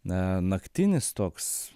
na naktinis toks